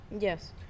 yes